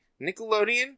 nickelodeon